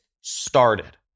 started